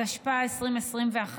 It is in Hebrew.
התשפ"א 2021,